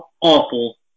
awful